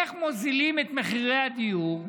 איך מורידים את מחירי הדיור?